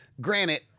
granted